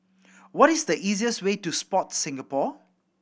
what is the easiest way to Sport Singapore